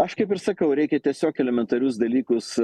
aš kaip ir sakau reikia tiesiog elementarius dalykus